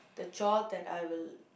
the chore that I will